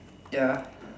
ya